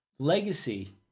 Legacy